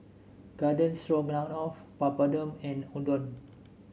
Garden Stroganoff Papadum and Udon